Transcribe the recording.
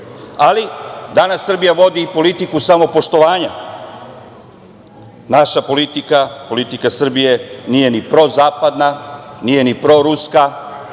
alidanas Srbija vodi i politiku samopoštovanja. Naša politika Srbije nije ni prozapadna, nije ni proruska,